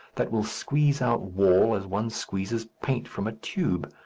that will squeeze out wall as one squeezes paint from a tube,